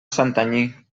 santanyí